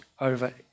over